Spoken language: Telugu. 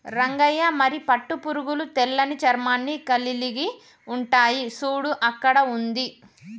రంగయ్య మరి పట్టు పురుగులు తెల్లని చర్మాన్ని కలిలిగి ఉంటాయి సూడు అక్కడ ఉంది